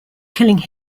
killing